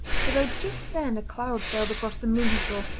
for though just then a cloud sailed across the moon he saw,